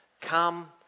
Come